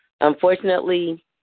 Unfortunately